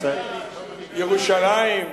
ירושלים.